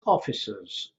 officers